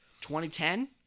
2010